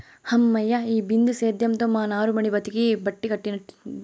హమ్మయ్య, ఈ బిందు సేద్యంతో మా నారుమడి బతికి బట్టకట్టినట్టే